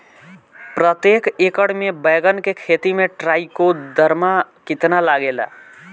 प्रतेक एकर मे बैगन के खेती मे ट्राईकोद्रमा कितना लागेला?